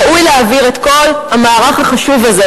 ראוי להעביר את כל המערך החשוב הזה,